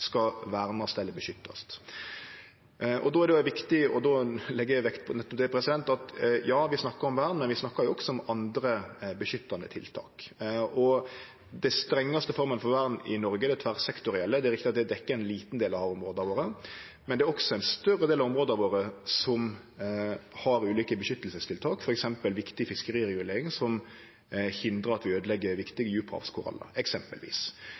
skal vernast eller beskyttast. Då er det viktig – og eg legg vekt på nettopp det – at vi snakkar om vern, men vi snakkar også om andre beskyttande tiltak, og den strengaste forma for vern i Noreg er det tverrsektorielle. Det er riktig at det dekkjer ein liten del av havområda våre, men det er også ein større del av områda våre som har ulike beskyttelsestiltak, f.eks. viktig fiskeriregulering, som hindrar at vi øydelegg